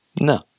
no